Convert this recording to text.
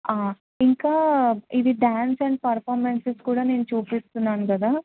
ఇంకా ఇది dance and performances కూడా నేను చూపిస్తున్నాను కదా